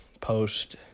post